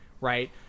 right